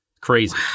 Crazy